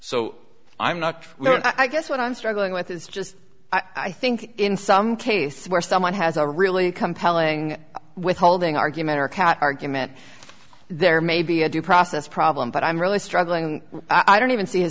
so i'm not i guess what i'm struggling with is just i think in some cases where someone has a really compelling withholding argument or cat argument there may be a due process problem but i'm really struggling i don't even see